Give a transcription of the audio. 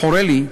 "חורה לי,